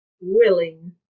willing